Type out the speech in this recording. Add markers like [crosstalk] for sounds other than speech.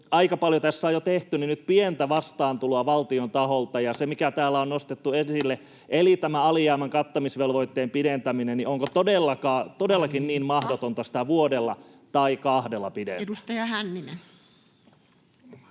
aika paljon tässä on jo tehty, pientä vastaantuloa valtion taholta. [noise] Täällä on nostettu esille tämä alijäämän kattamisvelvoitteen pidentäminen [Puhemies: Aika!] — onko todellakin niin mahdotonta sitä vuodella tai kahdella pidentää? [Speech